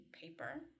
paper